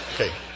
Okay